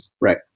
Right